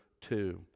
two